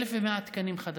1,100 תקנים חדשים,